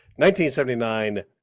1979